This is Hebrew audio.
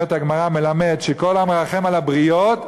אומרת הגמרא: "מלמד שכל המרחם על הבריות,